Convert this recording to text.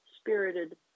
Spirited